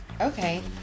Okay